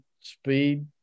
speed